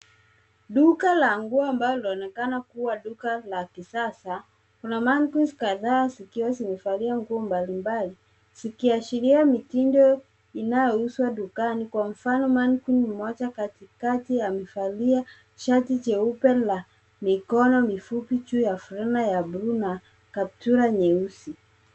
Duka la nguo ambalo linaonekana kuwa duka la kisasa. Kuna mannequins kadhaa zikiwa zimevalia nguo mbalimbali zikiashiria mitindo inayouzwa dukani, kwa mfano mannequin mmoja katikati amevalia shati jeupe la mikono mifupi juu ya fulana ya bluu na kaptura nyeusi.